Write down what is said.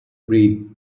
breathed